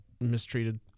mistreated